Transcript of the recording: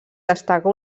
destaca